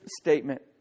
statement